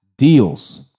deals